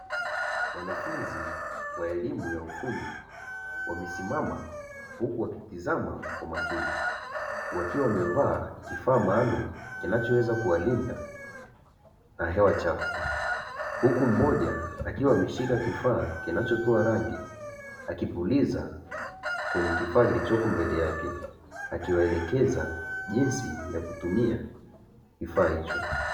Wanafunzi wa elimu ya ufundi wamesimama huku wakitizama kwa umakini wakiwa wamevaa kifaa maalumu kinachoweza kuwalinda na hewa chafu, huku mmoja akiwa ameshika kifaa kinachotoa rangi akipuliza kwenye kifaa kilichoko mbele yake akiwaelekeza jinsi ya kutumia kifaa hicho.